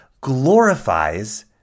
glorifies